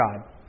God